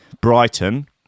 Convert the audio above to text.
Brighton